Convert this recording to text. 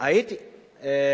שלמה מולה.